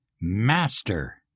master